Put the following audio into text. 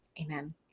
Amen